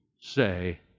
say